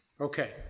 Okay